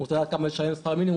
הוא רוצה לדעת כמה לשלם שכר מינימום,